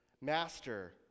Master